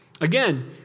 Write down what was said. again